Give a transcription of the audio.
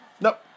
Nope